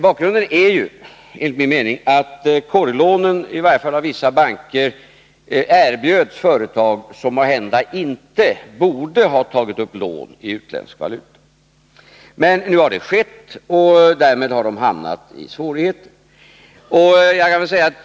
Bakgrunden är enligt min mening att korglånen, i varje fall i vissa banker, erbjöds företag som måhända inte borde ha tagit upp lån i utländsk valuta. Men nu har det skett, och därmed har företagen hamnat i svårigheter.